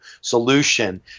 Solution